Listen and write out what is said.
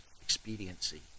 expediency